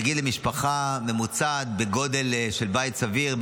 נגיד למשפחה ממוצעת בגודל של בית סביר,